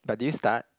but did you start